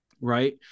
right